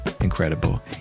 incredible